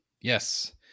Yes